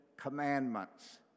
Commandments